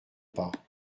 pas